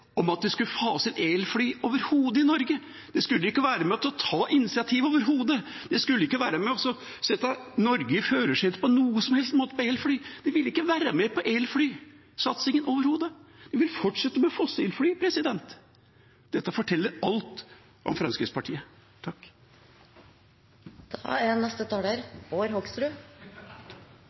om at vi skulle fase inn elfly i Norge. De skulle ikke være med på å ta initiativ overhodet, de skulle ikke være med på å sette Norge i førersetet på noen som helst måte når det gjelder elfly, de ville overhodet ikke være med på elflysatsingen. De vil fortsette med fossilfly. Dette forteller alt om Fremskrittspartiet.